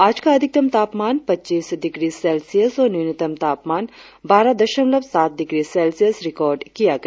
आज का अधिकतम तापमान पच्चीस डिग्री सेल्सियस और न्यूनतम तापमान बारह दशमलव सात डिग्री सेल्सियस रिकार्ड किया गया